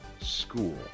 school